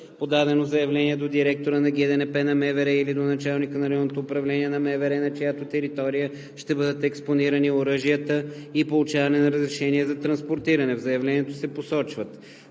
подаване на заявление до директора на ГДНП на МВР или до началника на РУ на МВР, на чиято територия ще бъдат експонирани оръжията и получаване на разрешение за транспортиране. В заявлението се посочват: